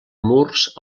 murs